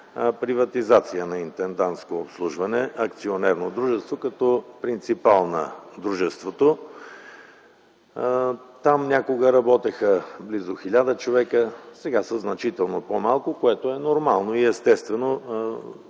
приватизация на „Интендантско обслужване” – акционерно дружество, като принципал на дружеството. Там някога работеха близо 1000 човека, сега са значително по-малко, което е нормално и естествено